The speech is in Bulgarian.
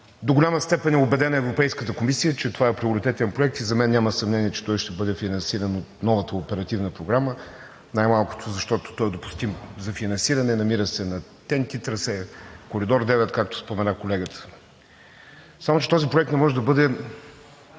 До голяма степен Европейската комисия е убедена, че това е приоритетен проект и за мен няма съмнение, че той ще бъде финансиран и по новата оперативна програма, най-малкото защото той е допустим за финансиране, намира се на тенти трасе – Коридор № 9, както спомена колегата. Само че този проект не може да бъде